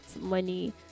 money